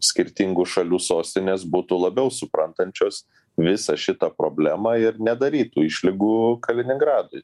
skirtingų šalių sostinės būtų labiau suprantančios visą šitą problemą ir nedarytų išlygų kaliningradui